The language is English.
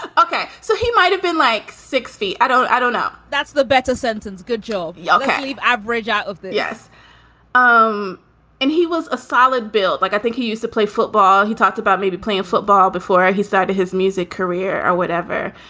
ah ok, so he might have been like six feet i don't. i don't know. that's the better sentence. good job. yeah ok. leave average out. ok. ah yes um and he was a solid bill like i think he used to play football. he talked about maybe playing football before he started his music career or whatever.